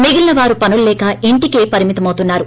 మిగిలిన వారు పనులు లేక ఇంటికే పరిమితమవుతున్నారు